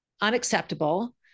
unacceptable